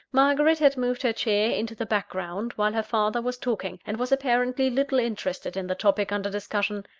margaret had moved her chair into the background, while her father was talking and was apparently little interested in the topic under discussion.